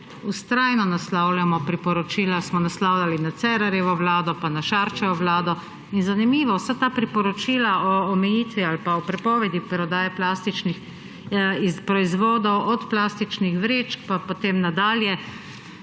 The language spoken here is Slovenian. vztrajno naslavljamo priporočila, smo naslavljali na Cerarjevo vlado, pa na Šarčevo vlado. In zanimivo, vsa ta priporočila o omejitvi ali pa o prepovedi prodaje plastičnih proizvodov, od plastičnih vrečk pa potem nadalje,